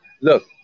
look